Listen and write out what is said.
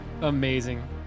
Amazing